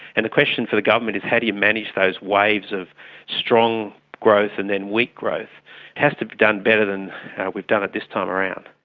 and the question for the government is how do you manage those waves of strong growth and then weak growth? it has to be done better than we've done it this time around.